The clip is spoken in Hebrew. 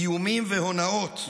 איומים והונאות.